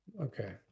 Okay